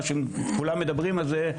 מה שכולם מדברים על זה.